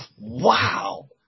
Wow